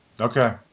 okay